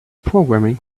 programming